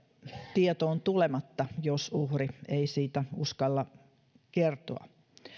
tietoon jos uhri ei siitä uskalla kertoa